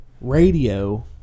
radio